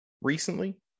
recently